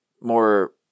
more